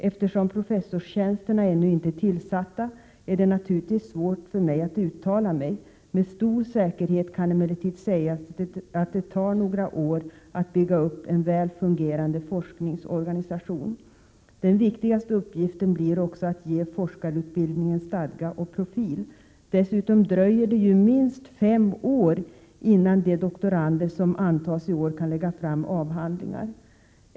Eftersom professorstjänsterna ännu inte är tillsatta är det naturligtvis svårt för mig att uttala mig. Med stor säkerhet kan emellertid sägas att det tar några år att bygga upp en väl fungerande forskningsorganisation. Den viktigaste uppgiften blir också att ge forskarutbildningen stadga och profil. Dessutom dröjer det ju minst fem år innan de doktorander som antas i år kan lägga fram sina avhandlingar.